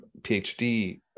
PhD